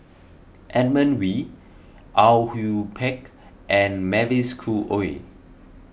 Edmund Wee Au Yue Pak and Mavis Khoo Oei